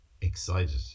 excited